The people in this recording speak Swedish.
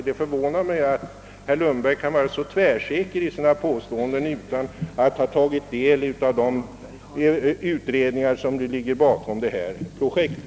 Det förvånar mig att herr Lundberg kan vara så tvärsäker i sina påståenden utan att ha tagit del av de utredningar som ligger bakom det ifrågavarande projektet.